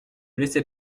laissez